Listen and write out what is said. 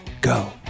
go